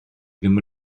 ddim